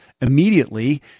immediately